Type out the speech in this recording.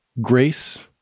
grace